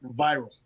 viral